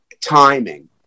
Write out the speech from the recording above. timing